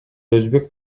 өзбек